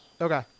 Okay